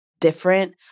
different